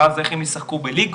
ואז איך הם ישחקו בליגות.